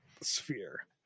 sphere